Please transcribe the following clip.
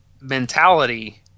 mentality